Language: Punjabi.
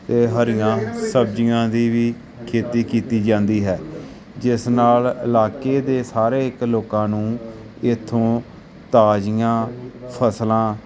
ਅਤੇ ਹਰੀਆਂ ਸਬਜ਼ੀਆਂ ਦੀ ਵੀ ਖੇਤੀ ਕੀਤੀ ਜਾਂਦੀ ਹੈ ਜਿਸ ਨਾਲ ਇਲਾਕੇ ਦੇ ਸਾਰੇ ਇੱਕ ਲੋਕਾਂ ਨੂੰ ਇੱਥੋਂ ਤਾਜ਼ੀਆਂ ਫ਼ਸਲਾਂ